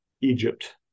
Egypt